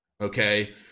okay